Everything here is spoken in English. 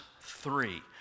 three